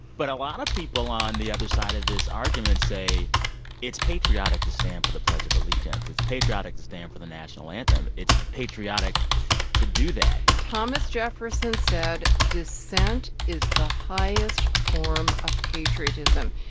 but a lot of people on the other side of this argument say it's patriotic to stand for the pledge of allegiance. it's patriotic to stand for the national anthem. it's patriotic to do that thomas jefferson said dissent is the highest form of patriotism.